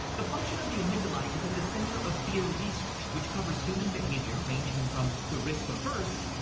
the function of the amygdalae is at the center of fear research, which covers human behavior ranging from the risk averse.